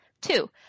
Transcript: Two